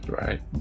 Right